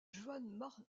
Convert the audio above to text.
juan